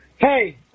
Hey